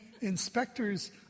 inspectors